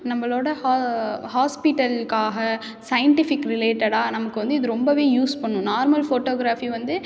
நம்மளோட ஹா ஹாஸ்பிட்டலுக்காக சைன்டிஃபிக் ரிலேட்டடாக நமக்கு வந்து இது ரொம்பவே யூஸ் பண்ணும் நார்மல் ஃபோட்டோகிராஃபி வந்து